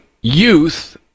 youth